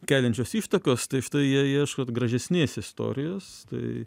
keliančios ištakos tai štai jie ieško gražesnės istorijos tai